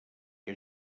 que